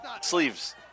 sleeves